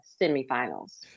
semifinals